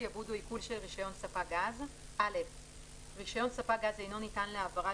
שיעבוד או עיקול של רישיון ספק גז 7. רישיון ספק גז אינו ניתן להעברה,